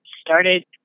started